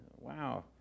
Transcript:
Wow